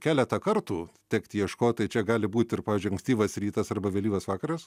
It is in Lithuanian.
keletą kartų tekti ieškot tai čia gali būt ir pavyzdžiui ankstyvas rytas arba vėlyvas vakaras